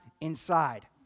inside